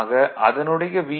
ஆக அதனுடைய வி